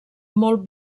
molt